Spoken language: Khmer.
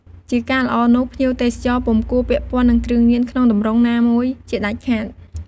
ជាការល្អនោះ ភ្ញៀវទេសចរពុំគួរពាក់ព័ន្ធនឹងគ្រឿងញៀនក្នុងទម្រង់ណាមួយជាដាច់ខាត។